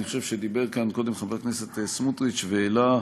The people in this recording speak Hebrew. אני חושב שדיבר כאן קודם חבר הכנסת סמוטריץ והעלה,